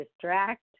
distract